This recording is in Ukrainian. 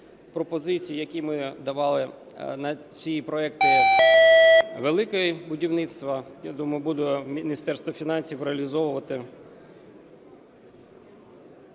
пропозиції, які ми давали на ці проекти, "Велике будівництво", я думаю, буде Міністерство фінансів реалізовувати,